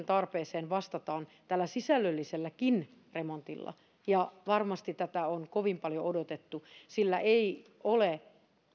tarpeeseen vastataan tällä sisällölliselläkin remontilla varmasti tätä on kovin paljon odotettu sillä ei ole